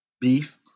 beef